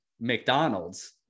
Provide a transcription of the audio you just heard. McDonald's